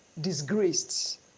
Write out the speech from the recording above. disgraced